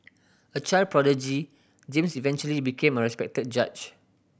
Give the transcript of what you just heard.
a child prodigy James eventually became a respected judge